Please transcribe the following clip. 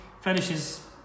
finishes